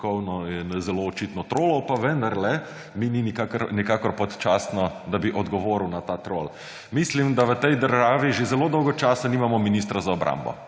zelo očitno trolal, pa vendarle mi ni nikakor podčastno, da bi odgovoril na ta trol. Mislim, da v tej državi že zelo dolgo časa nimamo ministra za obrambo.